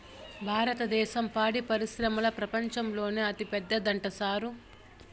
భారద్దేశం పాడి పరిశ్రమల ప్రపంచంలోనే అతిపెద్దదంట సారూ